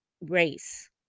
race